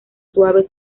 suave